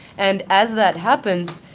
and as that happens,